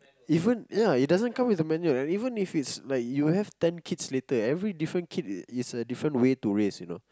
even ya it doesn't come with a manual right even if it's like you have ten kids later every different kid is a different way to raise you know